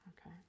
Okay